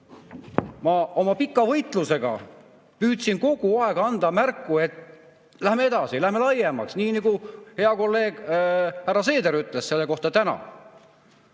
Ma oma pika võitlusega püüdsin kogu aeg anda märku, et läheme edasi, läheme laiemaks, nii nagu hea kolleeg härra Seeder täna selle kohta ütles.